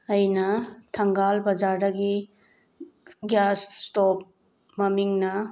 ꯑꯩꯅ ꯊꯪꯒꯥꯜ ꯕꯖꯥꯔꯗꯒꯤ ꯒ꯭ꯌꯥꯁ ꯏꯁꯇꯣꯞ ꯃꯃꯤꯡꯅ